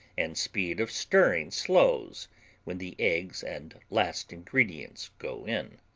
and speed of stirring slows when the eggs and last ingredients go in.